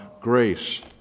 grace